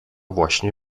właśnie